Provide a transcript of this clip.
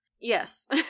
Yes